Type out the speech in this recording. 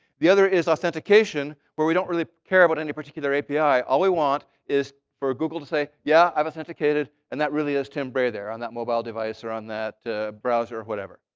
the other is authentication where we don't really care about any particular api. all we want is for google to say, yeah, i've authenticated. and that really is tim bray there on that mobile device or on that browser or whatever.